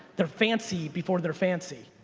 they're fancy before they're fancy.